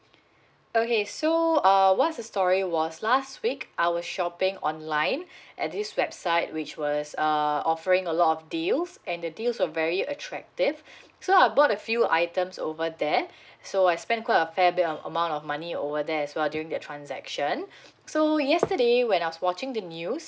okay so uh what's the story was last week I was shopping online at this website which was err offering a lot of deals and the deals are very attractive so I bought a few items over there so I spent quite a fair bit of amount of money over there as well during the transaction so yesterday when I was watching the news